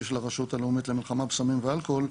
של הרשות הלאומית למלחמה בסמים ואלכוהול,